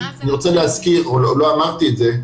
לא אמרתי את זה,